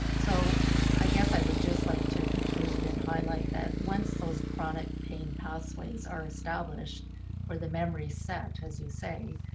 so i guess i would just like to conclude and highlight that once those chronic pain pathways are established or the memory set, as you say,